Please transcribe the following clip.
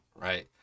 right